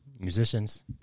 Musicians